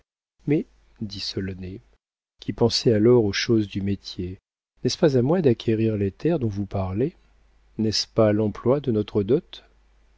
mais dit solonet qui pensait alors aux choses du métier n'est-ce pas à moi d'acquérir les terres dont vous parlez n'est-ce pas l'emploi de notre dot